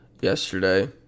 yesterday